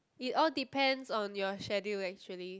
it all depends on your schedule actually